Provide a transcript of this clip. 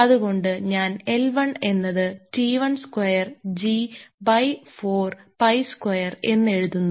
അത് കൊണ്ട് ഞാൻ L1 എന്നത് T1 square g 4 pi square എന്ന് എഴുതുന്നു